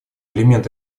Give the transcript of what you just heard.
элемент